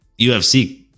ufc